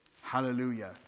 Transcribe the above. Hallelujah